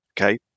okay